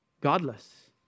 Godless